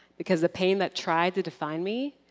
because the pain that tried to define me,